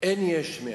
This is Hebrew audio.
אין יש מאין.